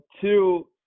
two